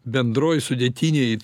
bendroj sudėtinėj